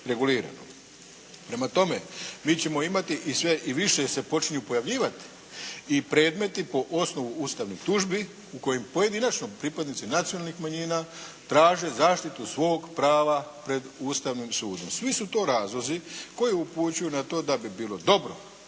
Prema tome, mi ćemo imati i sve više se počinju pojavljivati i predmeti po osnovu ustavnih tužbi u kojim pojedinačno pripadnici nacionalnih manjina traže zaštitu svog prava pred Ustavnim sudom. Svi su to razlozi koji upućuju na to da bi bilo dobro